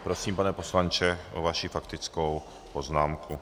Prosím, pane poslanče, o vaši faktickou poznámku.